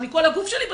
כל הגוף שלי בסכר,